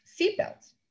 seatbelts